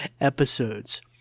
episodes